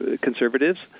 conservatives